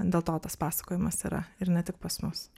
dėl to tas pasakojimas yra ir ne tik pas mus